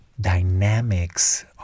dynamics